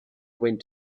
went